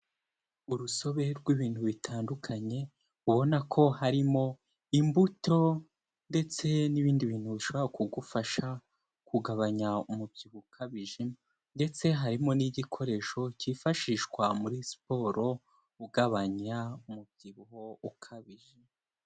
Urusobe rw'ibintu bitandukanye, ubona ko harimo imbuto ndetse n'ibindi bintu bishobora kugufasha kugabanya umubyibuho ukabije ndetse harimo n'igikoresho kifashishwa muri siporo, ugabanya umubyibuho ukabije.